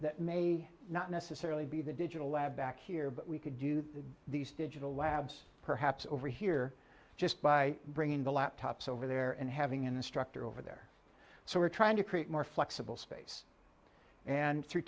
that may not necessarily be the digital lab back here but we could do these digital labs perhaps over here just by bringing the laptops over there and having an instructor over there so we're trying to create more flexible space and through